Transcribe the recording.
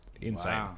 insane